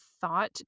thought